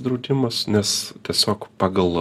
draudimas nes tiesiog pagal